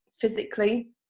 physically